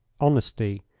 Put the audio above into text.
honesty